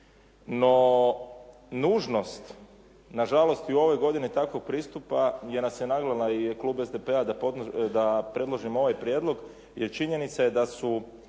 No nužnost, na žalost i u ovoj godini takvog pristupa je nas je nagnula i klub SDP-a da predložimo ovaj prijedlog je činjenica je da su